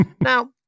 Now